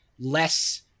less